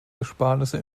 ersparnisse